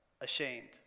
ashamed